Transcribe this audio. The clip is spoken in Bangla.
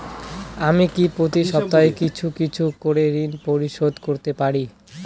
আমি কি প্রতি সপ্তাহে কিছু কিছু করে ঋন পরিশোধ করতে পারি?